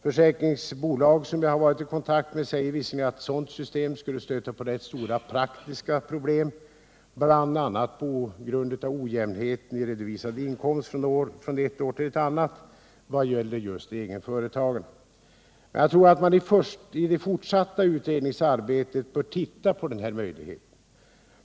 Försäkringsbolag som jag har varit i kontakt med säger visserligen att ett sådant system skulle stöta på rätt stora praktiska problem, bl.a. på grund av ojämnheten i redovisad inkomst från ett år till ett annat i vad gäller egenföretagarna. Men jag tror att man i det fortsatta utredningsarbetet bör se på den här möjligheten.